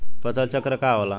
फसल चक्र का होला?